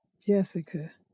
Jessica